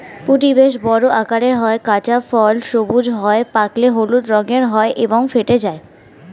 ফুটি বেশ বড় আকারের হয়, কাঁচা ফল সবুজ হয়, পাকলে হলুদ রঙের হয় এবং ফেটে যায়